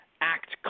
act